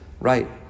Right